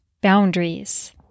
boundaries